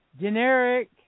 generic